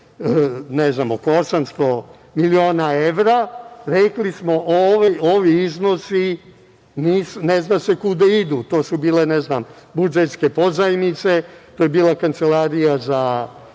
ne znam, oko 800 miliona evra. Rekli smo, ovi iznosi ne zna se kuda idu. To su bile, ne znam, budžetske pozajmice, to je bila Kancelarija za